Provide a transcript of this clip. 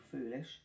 foolish